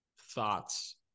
thoughts